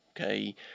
Okay